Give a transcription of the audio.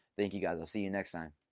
thank you guys, i'll see you next time.